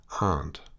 aunt